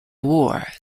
war